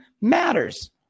matters